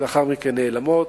לאחר מכן נעלמות,